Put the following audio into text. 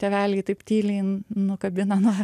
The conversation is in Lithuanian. tėveliai taip tyliai nukabina nuo